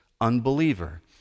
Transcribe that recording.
unbeliever